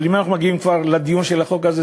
אבל אם אנחנו מגיעים כבר לדיון של החוק הזה,